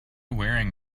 wearing